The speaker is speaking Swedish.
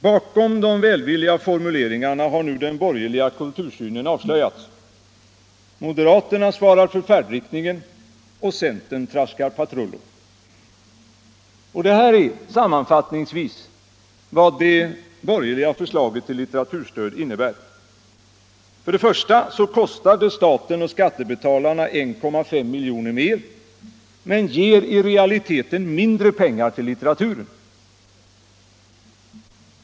Bakom de välvilliga formuleringarna har nu den borgerliga kultursynen avslöjats. Moderaterna svarar för färdriktningen, och centern traskar patrullo. Detta är sammanfattningsvis vad det borgerliga förslaget till litteraturstöd innebär: För det första kostar det staten och skattebetalarna 1,5 miljoner mer men ger i realiteten mindre pengar till litteraturen.